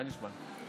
מה נשמע?